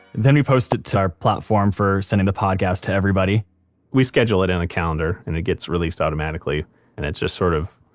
then we post it to our platform for sending the podcast out to everybody we schedule it in a calendar and it gets released automatically and it just sort of,